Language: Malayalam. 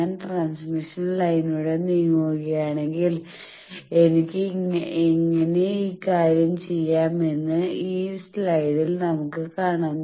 ഞാൻ ട്രാൻസ്മിഷൻ ലൈനിലൂടെ നീങ്ങുകയാണെങ്കിൽ എനിക്ക് എങ്ങനെ ഈ കാര്യം ചെയാം എന്ന് ഈ സ്ലൈഡിൽ നമുക്ക് കാണാം